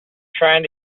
trying